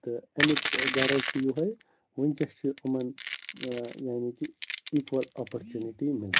تہٕ اَمیُک غرض چھُ یُہے ونکٮ۪س چھِ یِمن یعنی کہِ ایکول اَپرچونِٹی مِلان